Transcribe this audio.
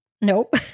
nope